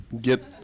get